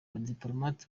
abadipolomate